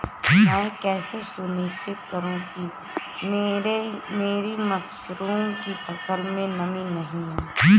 मैं कैसे सुनिश्चित करूँ कि मेरी मसूर की फसल में नमी नहीं है?